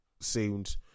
seems